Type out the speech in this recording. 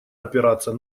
опираться